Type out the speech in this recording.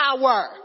Power